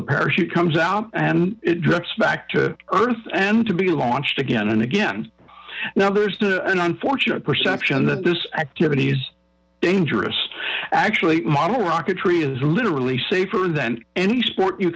the parachute comes out and it drifts back to earth and to be launched again and again now there's an unfortunate perception this activity is dangerous actually model rocketry is literally safer than any sport you